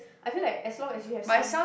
I think like as long as you have some